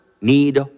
need